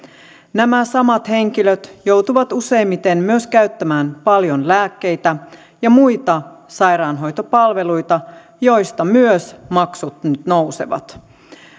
nämä samat henkilöt joutuvat useimmiten myös käyttämään paljon lääkkeitä ja muita sairaanhoitopalveluita joista myös maksut nyt nousevat